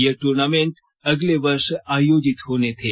ये ट्र्नामेंट अगले वर्ष आयोजित होने थे